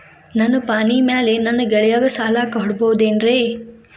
ನನ್ನ ಪಾಣಿಮ್ಯಾಲೆ ನನ್ನ ಗೆಳೆಯಗ ಸಾಲ ಕೊಡಬಹುದೇನ್ರೇ?